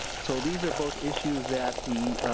so these are both issues that the